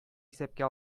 исәпкә